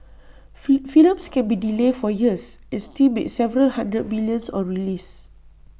fee films can be delayed for years and still make several hundred millions on release